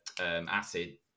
acid